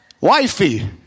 Wifey